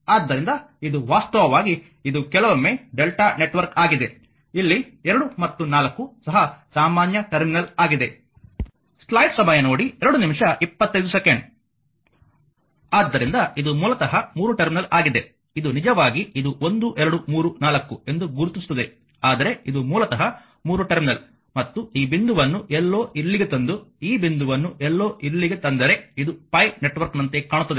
ಆದ್ದರಿಂದ ಇದು ವಾಸ್ತವವಾಗಿ ಇದು ಕೆಲವೊಮ್ಮೆ Δ ನೆಟ್ವರ್ಕ್ ಆಗಿದೆ ಇಲ್ಲಿ 2 ಮತ್ತು 4 ಸಹ ಸಾಮಾನ್ಯ ಟರ್ಮಿನಲ್ ಆಗಿದೆ ಆದ್ದರಿಂದ ಇದು ಮೂಲತಃ 3 ಟರ್ಮಿನಲ್ ಆಗಿದೆ ಇದು ನಿಜವಾಗಿ ಇದು 1 2 3 4 ಇದು ಗುರುತಿಸುತ್ತದೆ ಆದರೆ ಇದು ಮೂಲತಃ 3 ಟರ್ಮಿನಲ್ ಮತ್ತು ಈ ಬಿಂದುವನ್ನು ಎಲ್ಲೋ ಇಲ್ಲಿಗೆ ತಂದು ಈ ಬಿಂದುವನ್ನು ಎಲ್ಲೋ ಇಲ್ಲಿಗೆ ತಂದರೆ ಇದು ಪೈ ನೆಟ್ವರ್ಕ್ನಂತೆ ಕಾಣುತ್ತದೆ